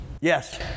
Yes